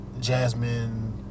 Jasmine